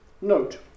note